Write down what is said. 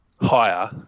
higher